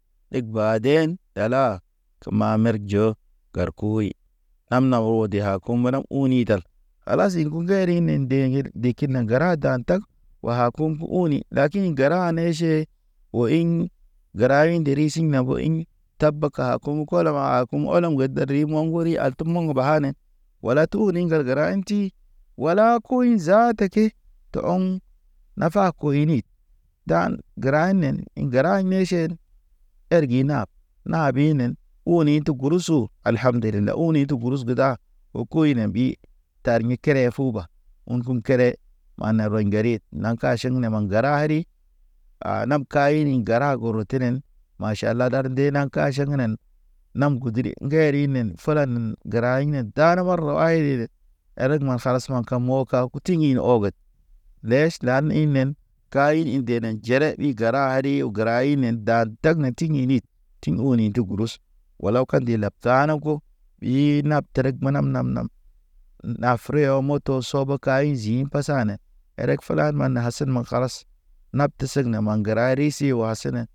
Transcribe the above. Ɗig badin dala kema mer jo garkuyi am na o de ha kumana uni dal. Kalas ḭ ŋguŋgeriŋ ne de kit na gəra dan tag wa kum fu oni lakin gəra ane ʃe. O ḭŋ, gəra indi risiŋ na bo ḭŋ tab aka kumu kolo mo a kumu. Kumu olo ŋge deri mo̰ ŋgori altum mo̰ŋ ba ne, wala tuu ni ŋgal gəra inti, wala kuɲ zaata ke, tə ɔŋ nafa koyni. Dan gəra enen gəra neʃen ergi nap. Nabinen oo ni tə gurusu. Al ham ndelila, oo ni tu gurusu da. O koy na bi tar mi kere fu ba. Un kum kere ma na rɔy ŋgeri, naŋ kaʃiŋ na mə gəra ri. A nam ini gəra goro tenen, ma ʃala dar de naŋ ka ʃeknen. Nam gudəri ŋgerinen fulanen gəra inen dane marwayd ɗi ɗe. Erek ma kalas ma kam moka ka kuti yin ogod. Neʃ nan inen, ka ini de ne jere wi gara ri yo gəra inen. Dan tak na init tiŋ oŋni də gurus. Wala kandi labtana ko ɓii nap terek mana nam- nam na freyo moto sobo kayezi pas ane erek fəlan man na asen ma kalas. Nap tə segne ma gəra risi wa sene.